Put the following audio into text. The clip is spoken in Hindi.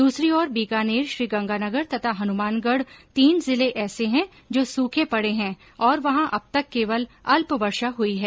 दूसरी ओर बीकानेर श्रीगंगानगर तथा हनुमानगढ़ तीन जिले ऐसे है जो सूखे पड़े हैं और वहां अब तक केवल अल्प वर्षा हुई है